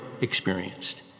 experienced